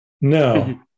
no